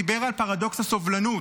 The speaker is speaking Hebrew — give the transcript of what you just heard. דיבר על פרדוקס הסובלנות: